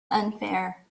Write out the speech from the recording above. unfair